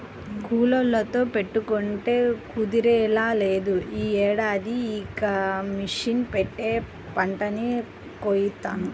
కూలోళ్ళతో పెట్టుకుంటే కుదిరేలా లేదు, యీ ఏడాదికి ఇక మిషన్ పెట్టే పంటని కోయిత్తాను